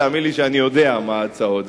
תאמין לי שאני יודע מה ההצעות,